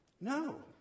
No